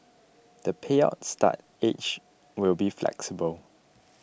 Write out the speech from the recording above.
the payout start age will be flexible